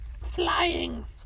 flying